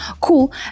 cool